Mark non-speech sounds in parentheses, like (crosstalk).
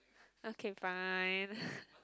okay fine (breath)